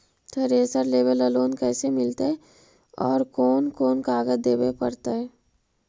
Thresher लेबे ल loan कैसे मिलतइ और कोन कोन कागज देबे पड़तै?